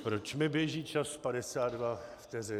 Proč mi běží čas 52 vteřin?